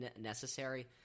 necessary